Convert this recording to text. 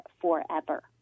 forever